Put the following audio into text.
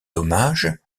dommages